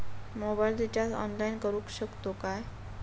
Mobile recharge online करुक शकतू काय?